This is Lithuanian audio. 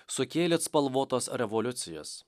sukėlėt spalvotas revoliucijas